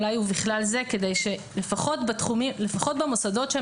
ואולי לומר "בכלל זה" כדי שלפחות במוסדות שהם